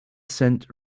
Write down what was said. sent